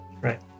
Right